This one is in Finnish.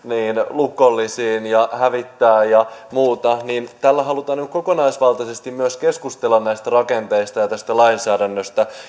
lukollisiin astioihin tai hävittää tai muuta niin tällä halutaan kokonaisvaltaisesti myös keskustella näistä rakenteista ja tästä lainsäädännöstä